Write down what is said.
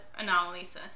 Anomalisa